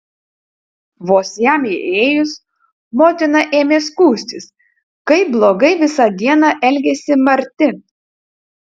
vos jam įėjus motina ėmė skųstis kaip blogai visą dieną elgėsi marti